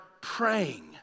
praying